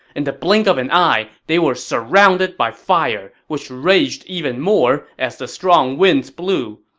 in the blink of an eye, they were surrounded by fire, which raged even more as the strong winds blew.